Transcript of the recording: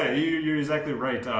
you're exactly right.